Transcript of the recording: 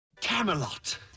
Camelot